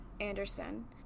Anderson